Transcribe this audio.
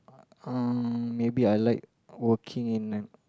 uh maybe I like working in a